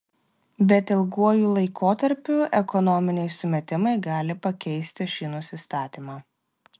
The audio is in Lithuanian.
bet ilguoju laikotarpiu ekonominiai sumetimai gali pakeisti šį nusistatymą